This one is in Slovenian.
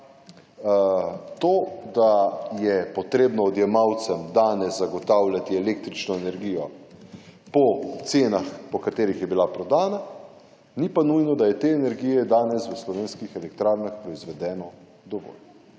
to, da je potrebno odjemalcem danes zagotavljati električno energijo po cenah po katerih je bila prodan, ni pa nujno, da je te energije danes v slovenskih elektrarnah proizvedeno dovolj